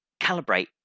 calibrate